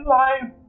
life